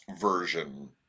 version